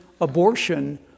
abortion